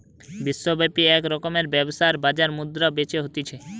বিশ্বব্যাপী এক রকমের ব্যবসার বাজার মুদ্রা বেচা হতিছে